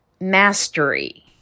mastery